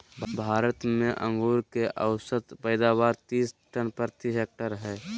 भारत में अंगूर के औसत पैदावार तीस टन प्रति हेक्टेयर हइ